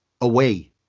away